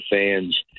fans